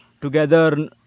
together